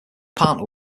partner